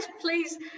please